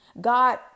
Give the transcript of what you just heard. God